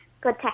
good